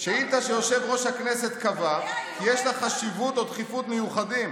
"שאילתה שיושב-ראש הכנסת קבע כי יש לה חשיבות או דחיפות מיוחדות,